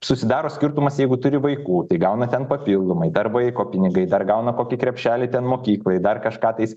susidaro skirtumas jeigu turi vaikų gauna ten papildomai dar vaiko pinigai dar gauna kokį krepšelį ten mokyklai dar kažką tais